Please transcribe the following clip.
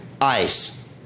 Ice